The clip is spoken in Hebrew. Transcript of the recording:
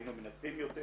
היינו מנתחים יותר,